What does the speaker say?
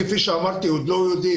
כפי שאמרתי, אנחנו עוד לא יודעים.